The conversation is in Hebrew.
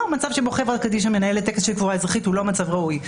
מצב שבו חברה קדישא מנהלת טקס של קבורה אזרחית הוא לא מצב ראוי.